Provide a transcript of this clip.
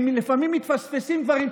אם לפעמים מתפספסים דברים,